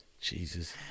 Jesus